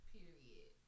Period